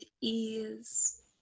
ease